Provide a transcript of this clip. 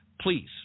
Please